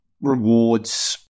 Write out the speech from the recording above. rewards